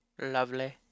Lovely